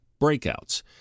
breakouts